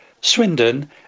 Swindon